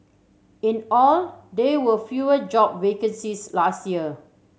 in all there were fewer job vacancies last year